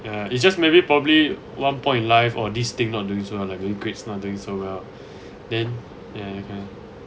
ya it's just maybe probably one point in life or this thing not doing so well like maybe grades not doing so well then ya that kind